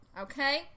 Okay